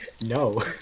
No